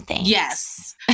yes